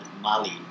Mali